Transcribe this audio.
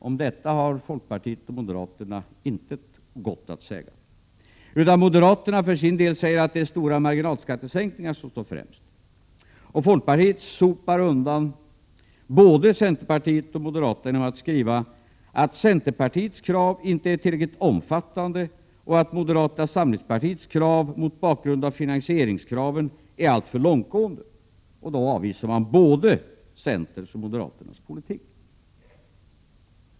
Om detta har folkpartiet och moderaterna intet gott att säga. Moderaterna för sin del säger att stora marginalskattesänkningar står främst. Folkpartiet sopar undan både centerpartiet och moderaterna genom att skriva att ”centerpartiets krav inte är tillräckligt omfattande och att moderata samlingspartiets krav mot bakgrund av finansieringskraven är alltför långtgående”. Och då avvisar man både centerns och moderaternas politik.